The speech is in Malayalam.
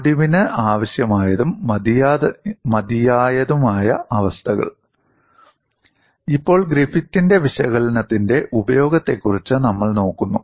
ഒടിവിന് ആവശ്യമായതും മതിയായതുമായ അവസ്ഥകൾ ഇപ്പോൾ ഗ്രിഫിത്തിന്റെ വിശകലനത്തിന്റെ ഉപയോഗത്തെക്കുറിച്ച് നമ്മൾ നോക്കുന്നു